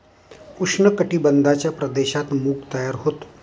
उष्ण कटिबंधाच्या प्रदेशात मूग तयार होते